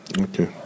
Okay